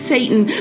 Satan